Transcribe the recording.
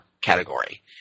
category